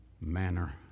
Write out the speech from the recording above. manner